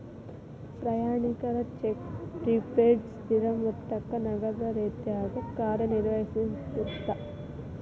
ಪ್ರಯಾಣಿಕರ cheque prepaid ಸ್ಥಿರ ಮೊತ್ತಕ್ಕ ನಗದ ರೇತ್ಯಾಗ ಕಾರ್ಯನಿರ್ವಹಿಸತ್ತ